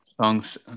songs